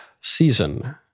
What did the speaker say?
season